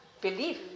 belief